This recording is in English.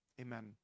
amen